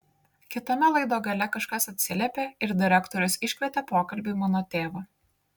kitame laido gale kažkas atsiliepė ir direktorius iškvietė pokalbiui mano tėvą